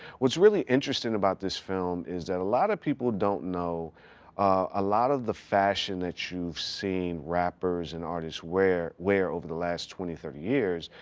what's really interesting about this film, is that a lot of people don't know a lot of the fashion that you've seen rappers and artists wear wear over the last twenty, thirty years,